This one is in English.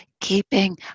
keeping